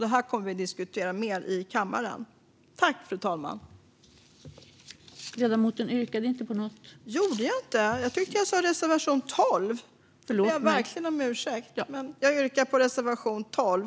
Detta kommer vi att diskutera mer i kammaren. Jag yrkar bifall till reservation 12.